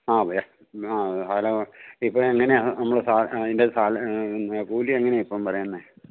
ആ ഇപ്പോള് എങ്ങനെയാണ് നമ്മള് അതിൻ്റെ കൂലിയെങ്ങനെയാണ് ഇപ്പോള് പറയുന്നേ